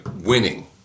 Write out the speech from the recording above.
winning